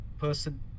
person